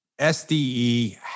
SDE